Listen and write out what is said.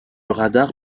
radar